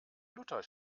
luther